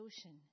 ocean